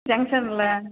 ஜங்ஷனில்